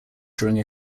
during